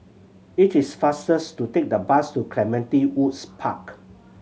it is fastest to take the bus to Clementi Woods Park